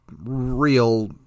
real